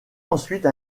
ensuite